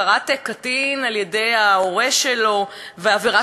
הפקרת קטין על-ידי ההורה שלו,